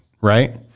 right